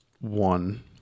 one